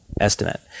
estimate